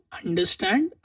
understand